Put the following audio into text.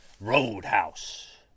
Roadhouse